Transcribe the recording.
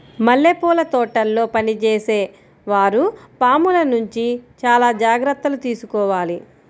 మల్లెపూల తోటల్లో పనిచేసే వారు పాముల నుంచి చాలా జాగ్రత్తలు తీసుకోవాలి